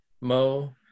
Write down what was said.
Mo